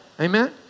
Amen